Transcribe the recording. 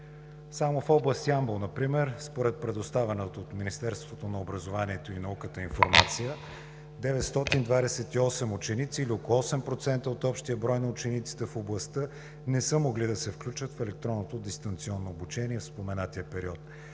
Само в област Ямбол например, според предоставена от Министерството на образованието и науката информация, 928 ученици или около 8% от общия брой на учениците в областта не са могли да се включат в електронното дистанционно обучение в споменатия период.